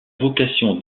vocation